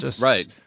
right